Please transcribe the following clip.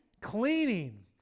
Cleaning